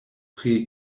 pri